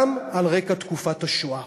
גם על רקע תקופת השואה.